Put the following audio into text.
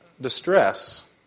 distress